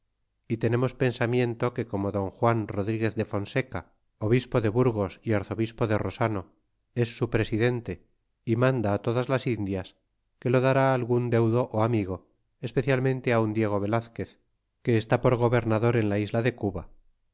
y tenemos pensamiento que como don jüan rodriguez de fonseca obispo de burgos y arzobispo de rosano es su presid ente y manda á todas las indias que lo dará á algun su deudo amigo especialmente un diego velazquez que esta por gobernador en la isla de cuba